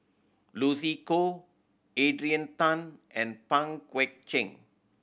Lucy Koh Adrian Tan and Pang Guek Cheng